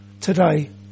today